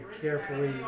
carefully